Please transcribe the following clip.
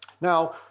Now